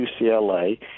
UCLA